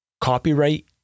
copyright